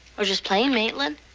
or just plain maitland.